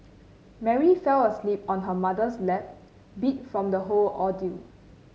Mary fell asleep on her mother's lap beat from the whole ordeal